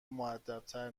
مودبتر